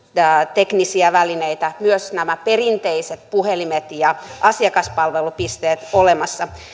teknisiä välineitä myös nämä perinteiset puhelimet ja asiakaspalvelupisteet olemassa